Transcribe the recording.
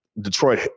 Detroit